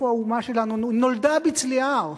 איפה האומה שלנו, נולדה בצליעה.